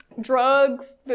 drugs